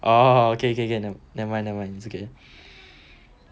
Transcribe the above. oh okay okay can never mind never mind it's okay